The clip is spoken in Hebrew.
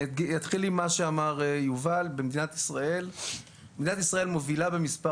אני אתחיל עם מה שאמר יובל: מדינת ישראל מובילה במספר